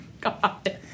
God